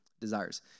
desires